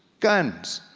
guns,